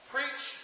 Preach